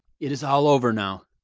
it is all over now.